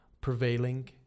prevailing